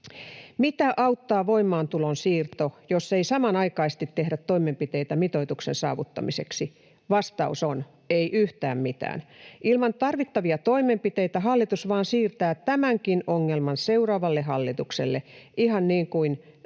Mitä auttaa voimaantulon siirto, jos ei samanaikaisesti tehdä toimenpiteitä mitoituksen saavuttamiseksi? Vastaus on: ei yhtään mitään. Ilman tarvittavia toimenpiteitä hallitus vain siirtää tämänkin ongelman seuraavalle hallitukselle, ihan niin kuin